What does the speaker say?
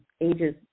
ages